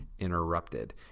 interrupted